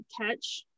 catch